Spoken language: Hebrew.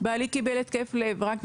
בעלי קיבל התקף לב רק מצער,